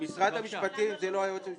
משרד המשפטים זה לא היועץ המשפטי.